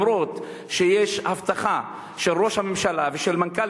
למרות שיש הבטחה של ראש הממשלה ושל מנכ"ל